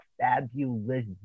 fabulous